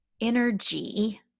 energy